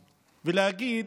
ולהגיד: